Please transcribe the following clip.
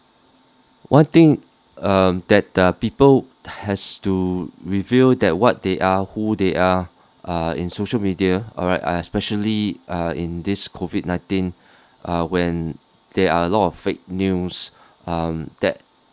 one thing um that the people has to review that what they are who they are uh in social media alright especially uh in this COVID nineteen uh when there are a lot of fake news um that